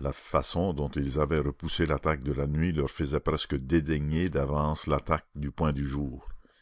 la façon dont ils avaient repoussé l'attaque de la nuit leur faisait presque dédaigner d'avance l'attaque du point du jour